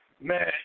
Man